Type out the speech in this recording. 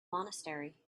monastery